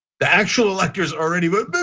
the actual electors already vote, but